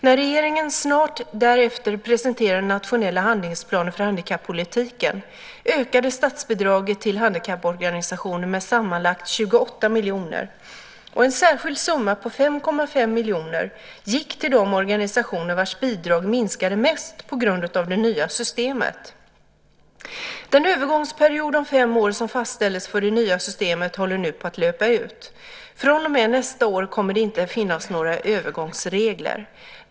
När regeringen snart därefter presenterade den nationella handlingsplanen för handikappolitiken ökades statsbidraget till handikapporganisationer med sammanlagt 28 miljoner kronor, och en särskild summa på 5,5 miljoner gick till de organisationer vars bidrag minskade mest på grund av det nya systemet. Den övergångsperiod om fem år som fastställdes för det nya systemet håller nu på att löpa ut. Från och med nästa år kommer det inte att finnas några övergångsregler.